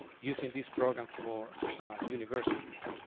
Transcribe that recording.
using these programs for universities?